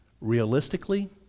Realistically